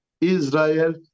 Israel